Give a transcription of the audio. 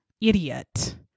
Idiot